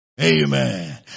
Amen